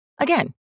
Again